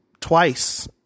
twice